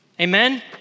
Amen